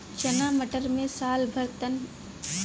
चना मटर मे साल भर तक घून ना लगे ओकरे खातीर कइसे बचाव करल जा सकेला?